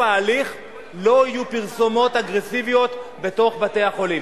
ההליך לא יהיו פרסומות אגרסיביות בתוך בתי-החולים.